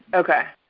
okay.